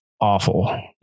awful